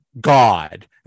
god